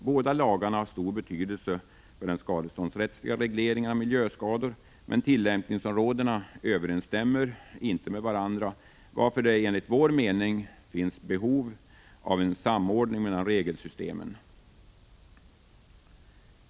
Båda lagarna har stor betydelse för den skadeståndsrättsliga regleringen av miljöskador, men tillämpningsområdena överensstämmer inte med varandra. Därför finns det enligt vår mening behov av en samordning mellan regelsystemen.